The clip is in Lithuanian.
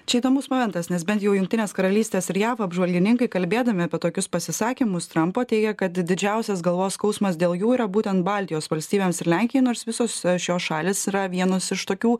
čia įdomus momentas nes bent jau jungtinės karalystės ir jav apžvalgininkai kalbėdami apie tokius pasisakymus trampo teigia kad didžiausias galvos skausmas dėl jų yra būtent baltijos valstybėms ir lenkijai nors visos šios šalys yra vienos iš tokių